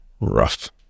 rough